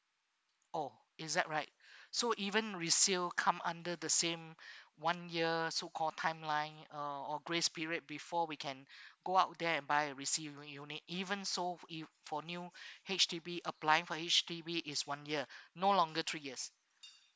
oh is that right so even resale come under the same one year so call timeline uh or grace period before we can go out there and buy a resale unit even so if for new H_D_B applying for H_D_B is one year no longer three years